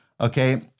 okay